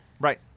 right